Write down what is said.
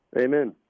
Amen